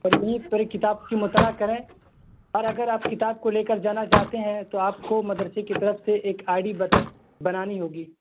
اور یہیں پر ہی کتاب کی مطالعہ کریں اور اگر آپ کتاب کو لے کر جانا چاہتے ہیں تو آپ کو مدرسے کی طرف سے ایک آئی ڈی بنانی ہوگی